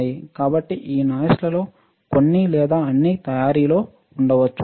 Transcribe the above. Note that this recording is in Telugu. కాబట్టి ఈ నాయిస్లలో కొన్ని లేదా అన్నీ తయారీలలో ఉండవచ్చు